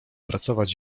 pracować